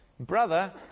Brother